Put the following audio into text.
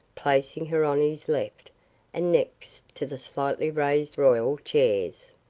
placing her on his left and next to the slightly raised royal chairs.